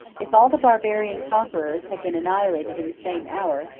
if all the barbarian conquerors had been annihilated in the same hour,